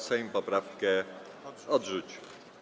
Sejm poprawkę odrzucił.